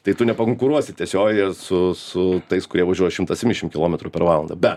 tai tu nepakonkuruosi tiesiojoje su su tais kurie važiuos šimtaą septyniasdešim kilometrų per valandą bet